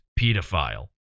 pedophile